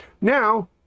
Now